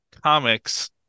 comics